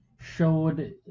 showed